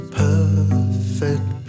perfect